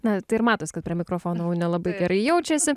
na tai ir matos kad prie mikrofono unė labai gerai jaučiasi